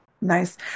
Nice